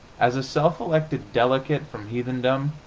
as a self-elected delegate from heathendom,